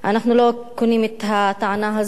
אנחנו לא קונים את הטענה הזאת.